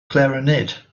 clarinet